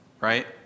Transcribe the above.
right